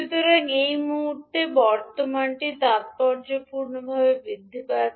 সুতরাং এই মুহুর্তে বর্তমানটি তাৎপর্যপূর্ণভাবে বৃদ্ধি পাচ্ছে